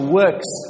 works